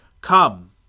Come